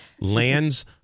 lands